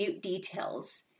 details